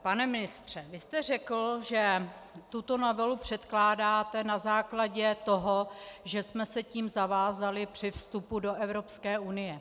Pane ministře, vy jste řekl, že tuto novelu předkládáte na základě toho, že jsme se tím zavázali při vstupu do Evropské unie.